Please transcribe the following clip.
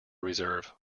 reserve